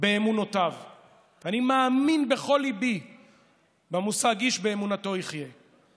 אני מאמין בכל ליבי במושג "איש באמונתו יחיה".